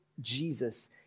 Jesus